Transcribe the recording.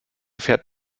fährt